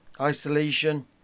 isolation